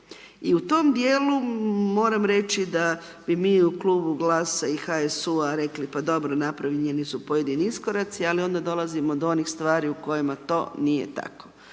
I u tom dijelu, moram reći da bi mi u Klubu GLAS-a i HSU-a rekli, pa dobro napravljeni su pojedini iskoraci ali onda dolazimo do onih stvari u kojima to nije tako,